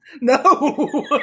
No